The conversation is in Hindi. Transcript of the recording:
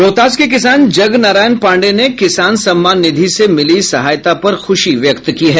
रोहतास के किसान जगनारायण पांडेय ने किसान सम्मान निधि से मिली सहायता पर खुशी व्यक्त की है